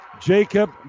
Jacob